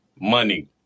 Money